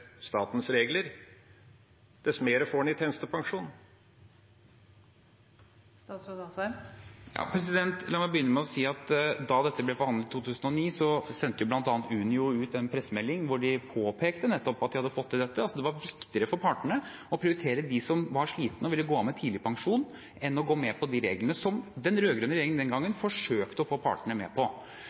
statens regler, dess mer får en i tjenestepensjon? La meg begynne med å si at da dette ble forhandlet i 2009, sendte bl.a. Unio ut en pressemelding der de påpekte nettopp at de hadde fått til dette, at det var viktigere for partene å prioritere dem som var slitne og ville gå av med tidligpensjon, enn å gå med på de reglene som den rød-grønne regjeringen den gangen forsøkte å få partene med på.